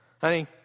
honey